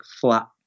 flat